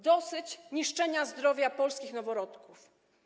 Dosyć niszczenia zdrowia polskich noworodków.